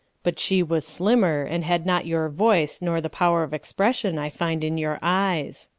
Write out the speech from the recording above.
but she was slimmer, and had not your voice nor the power of expression i find in your eyes.